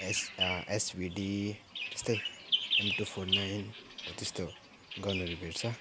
S SBD त्यस्तै M two four nine हो त्यस्तो गनहरू भेट्छ